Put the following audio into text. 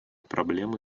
проблемы